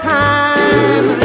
time